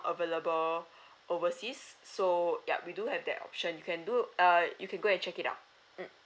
available overseas so yup we do have that option you can do uh you go and check it out mm